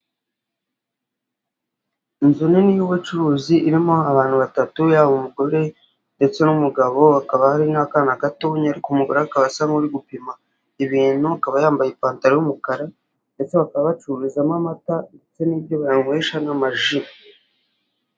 Inzu nini y'ubucuruzi irimo abantu batatu, yaba umugore ndetse n'umugabo hakaba hari n'akana gatoya umugore akaba asa n'uri gupima ibintu, akaba yambaye ipantaro y'umukara ndetse bakaba bacururizamo amata ndetse n'ibyo banywesha n'amaji.